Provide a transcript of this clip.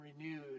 renewed